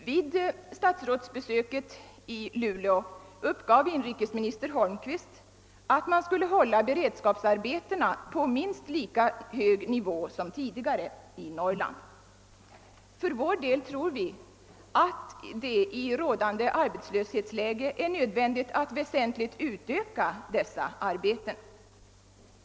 Vid statsrådsbesöket i Luleå uppgav inrikesminister Holmqvist att man skulle hålla beredskapsarbetena på minst lika hög nivå som tidigare i Norrland. För vår del tror vi att det i rådande arbetslöshetsläge är nödvändigt att väsentligt utöka dessa arbeten.